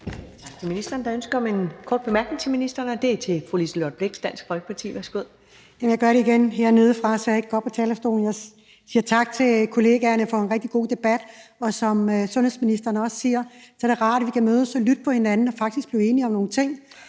Tak. Der er ønske om en kort bemærkning til ministeren fra fru Liselott Blixt, Dansk Folkeparti. Kl. 11:06 Liselott Blixt (DF): Ja, og jeg gør det igen hernedefra, så jeg ikke skal på talerstolen. Jeg siger tak til kollegaerne for en rigtig god debat, og som sundhedsministeren også siger, er det rart, at vi kan mødes og lytte til hinanden og faktisk blive enige om nogle ting.